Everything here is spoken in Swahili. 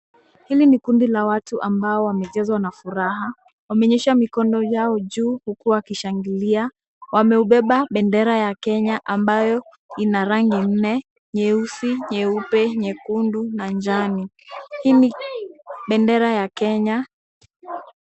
Hili ni kundi la watu ambao wamejazwa na furaha. Wamenyosha mikono yao juu huku wakishangilia. Wameubeba bendera ya Kenya ambayo ina rangi nne, nyeusi, nyeupe, nyekundu na njani. Hii ni bendera ya Kenya.